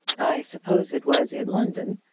i suppose it was in london.